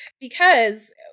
because-